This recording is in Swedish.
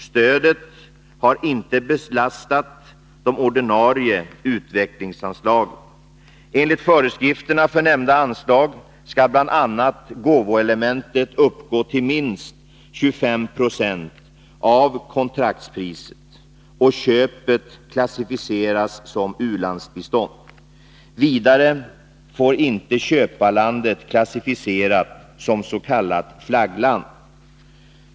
Stödet har inte belastat de ordinarie utvecklingsanslagen. Enligt föreskrifterna för nämnda anslag skall bl.a. gåvoelementet uppgå till minst 25 90 av kontraktspriset och köpet klassificeras som u-landsbistånd. Vidare får inte köparlandet klassificeras som s.k. flaggland.